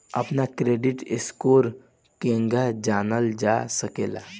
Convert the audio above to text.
अपना credit score केगा जानल जा सकेला?